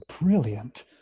brilliant